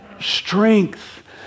strength